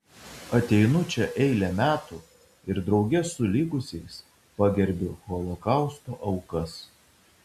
ateinu čia eilę metų ir drauge su likusiais pagerbiu holokausto aukas